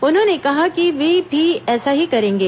उन्होंने कहा कि वे भी ऐसा ही करेंगे